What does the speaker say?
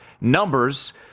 numbers